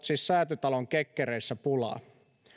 siis ole säätytalon kekkereissä ollut pulaa